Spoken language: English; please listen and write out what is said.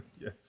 yes